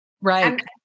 Right